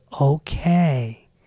okay